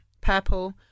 Purple